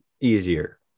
easier